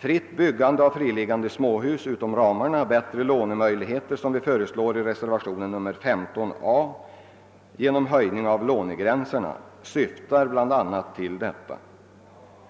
Fritt byggande av friliggande småhus utom ramarna och bättre lånemöjligheter, såsom vi föreslår i reservationen 15 a, genom höjning av lånegränserna, syftar bl.a. till detta.